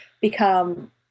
become